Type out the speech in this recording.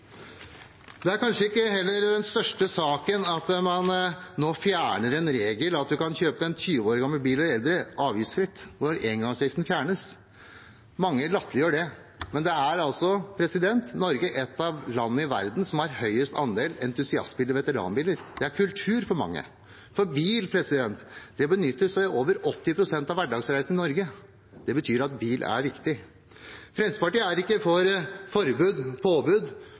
Det er kanskje ikke den største saken at man nå fjerner en regel, slik at man kan kjøpe en 20 år gammel eller eldre bil avgiftsfritt når engangsavgiften fjernes. Mange latterliggjør det. Men Norge er et av landene i verden som har høyest andel veteranbilentusiaster. Det er kultur for mange. Bil benyttes i over 80 pst. av hverdagsreisene i Norge. Det betyr at bil er viktig. Fremskrittspartiet er ikke for forbud og påbud,